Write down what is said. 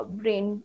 brain